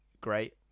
great